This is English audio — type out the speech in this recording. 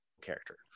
character